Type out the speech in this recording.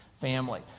family